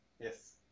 Yes